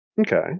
Okay